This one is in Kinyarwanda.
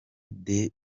the